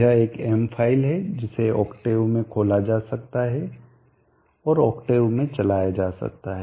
यह एक m file है जिसे ऑक्टेव में खोला जा सकता है और ऑक्टेव में चलाया जा सकता है